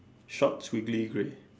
short twiggy grey